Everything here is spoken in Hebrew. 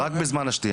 רק בזמן השתייה?